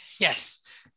Yes